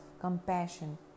compassion